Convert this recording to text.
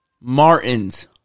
Martin's